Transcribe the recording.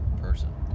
person